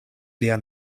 lia